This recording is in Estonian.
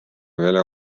välja